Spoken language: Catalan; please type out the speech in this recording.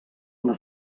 una